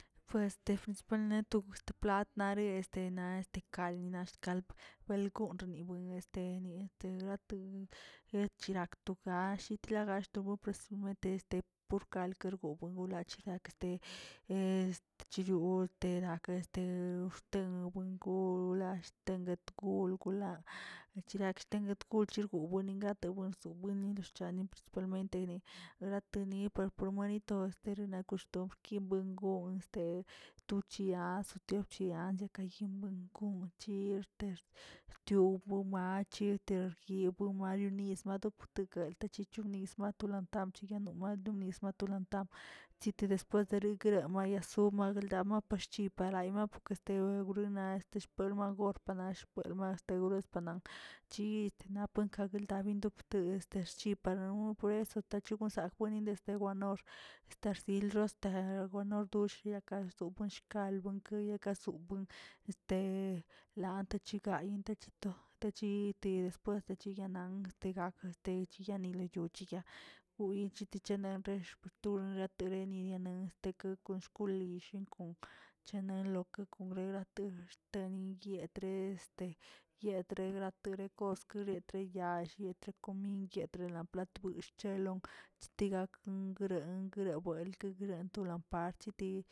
Pues este tusanen gust lat nare este na dekanina xkalb belꞌ gon nirubuin tu gallt shitlegall presume desde gal guekorbuebon la chilak este est chiyugte este xten buen guul axtan bet gul la aguishten and gul chirgun grate bun buinin axt burchanen mentenene lateni buenito laguxton kilə ngoo este to chinazə to chinan andka jimuen kot yi extex tiw bomay iter gyirb mayorniz madop guel tachichon nizba plantad chiyanoma tumis talantab site después terigre maya sub mapashchi parayma makiste rinma este panasg pue mash duro es panam chiyi napuenka dabin tap twe yexchipanoo por rso taschinagwono este gwanor estersilros naragwanno xdosh radalo bueshka buena yakasu este lanta chigayi echito yito después yiguenan techinaluyug uyi tekechinaxex turunatereni nen sto kon lishin kon chene loke konre late xteniyi entre este yedre gatere goskeretre la shyetrekom yetre la plat mush yelong tigak guenkrere rebuelke gre tolan parti